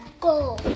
go